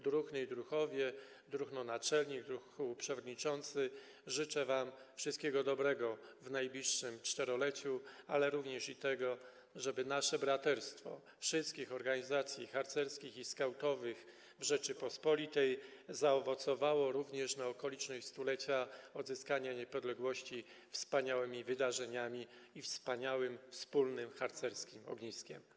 Druhny i druhowie, druhno naczelna, druhu przewodniczący, życzę wam wszystkiego dobrego w najbliższym 4-leciu, również tego, żeby nasze braterstwo, braterstwo wszystkich organizacji harcerskich i skautowych w Rzeczypospolitej, zaowocowało na okoliczność 100-lecia odzyskania niepodległości wspaniałymi wydarzeniami i wspaniałym, wspólnym harcerskim ogniskiem.